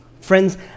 Friends